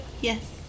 Yes